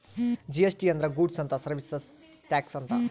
GST ಅಂದ್ರ goods and service tax ಅಂತ